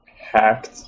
hacked